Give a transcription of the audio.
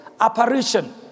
apparition